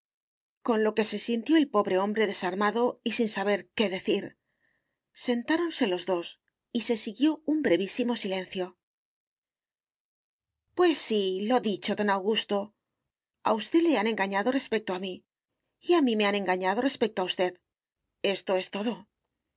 con lo que se sintió el pobre hombre desarmado y sin saber qué decir sentáronse los dos y se siguió un brevísimo silencio pues sí lo dicho don augusto a usted le han engañado respecto a mí y a mí me han engañado respecto a usted esto es todo